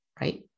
right